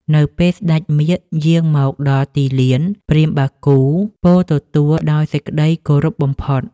នៅពេលស្ដេចមាឃយាងមកដល់ទីលាន ព្រាហ្មណ៍បាគូពោលទទួលដោយសេចក្ដីគោរពបំផុត។